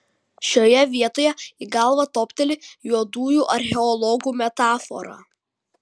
šioje vietoje į galvą topteli juodųjų archeologų metafora